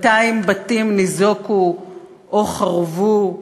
200 בתים ניזוקו או חרבו.